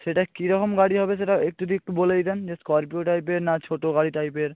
সেটা কীরকম গাড়ি হবে সেটা একটু যদি একটু বলে দিতেন যে স্করপিও টাইপের না ছোটো গাড়ি টাইপের